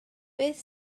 beth